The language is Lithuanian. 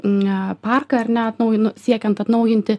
ne parką ar neatnaujinu siekiant atnaujinti